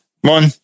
One